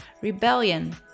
rebellion